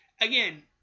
again